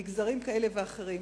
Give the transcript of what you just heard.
מגזרים כאלה ואחרים,